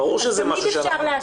תמיד אפשר להשלים.